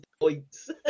points